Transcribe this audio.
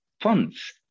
funds